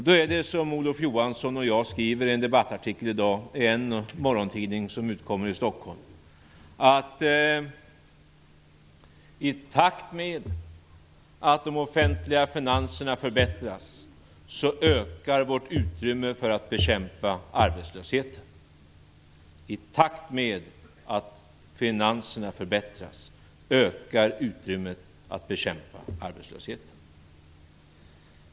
Då är det som Olof Johansson och jag skriver i en debattartikel i dag i en morgontidning som utkommer i Stockholm att i takt med att de offentliga finanserna förbättras ökar vårt utrymme för att bekämpa arbetslösheten.